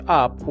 up